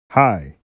Hi